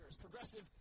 Progressive